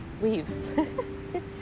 weave